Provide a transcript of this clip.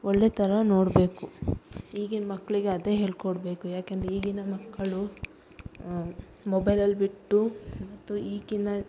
ಒಳ್ಳೆ ಥರ ನೋಡಬೇಕು ಈಗಿನ ಮಕ್ಕಳಿಗೆ ಅದೇ ಹೇಳಿಕೊಡ್ಬೇಕು ಯಾಕೆಂದರೆ ಈಗಿನ ಮಕ್ಕಳು ಮೊಬೈಲಲ್ಲಿ ಬಿಟ್ಟು ಮತ್ತು ಈಗಿನ